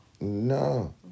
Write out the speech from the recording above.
No